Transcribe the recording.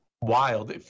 wild